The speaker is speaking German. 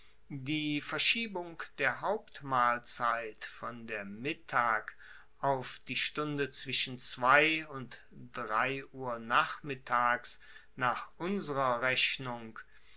die verschiebung der hauptmahlzeit von der mittag auf die stunde zwischen zwei und drei uhr nachmittags nach unserer rechnung